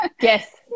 Yes